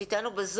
נמצאת איתנו?